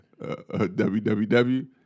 www